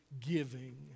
giving